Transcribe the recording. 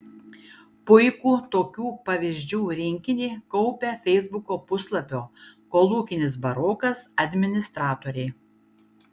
puikų tokių pavyzdžių rinkinį kaupia feisbuko puslapio kolūkinis barokas administratoriai